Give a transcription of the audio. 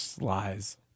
Lies